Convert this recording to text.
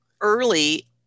early